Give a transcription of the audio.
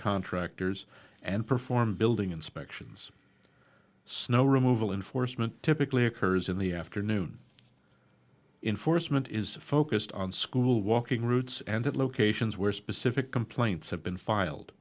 contractors and perform building inspections snow removal enforcement typically occurs in the afternoon in force mint is focused on school walking routes and at locations where specific complaints have been filed